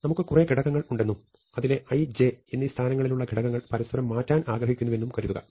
നമുക്ക് കുറെ ഘടകങ്ങൾ ഉണ്ടെന്നും അതിലെ i j എന്നീ സ്ഥാനങ്ങളിലുള്ള ഘടകങ്ങൾ പരസ്പരം മാറ്റാൻ ആഗ്രഹിക്കുന്നുവെന്നും കരുതുക